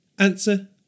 Answer